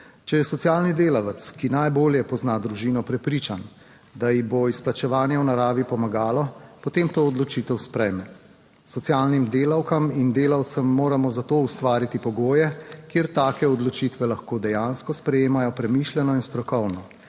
Če je socialni delavec, ki najbolje pozna družino, prepričan, da ji bo izplačevanje v naravi pomagalo, potem to odločitev sprejme. Socialnim delavkam in delavcem moramo za to ustvariti pogoje, kjer take odločitve lahko dejansko sprejemajo premišljeno in strokovno,